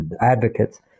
advocates